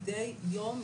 מדי יום,